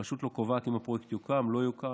הרשות לא קובעת אם הפרויקט יוקם או לא יוקם.